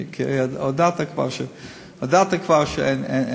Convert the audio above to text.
הודעת כבר שאין.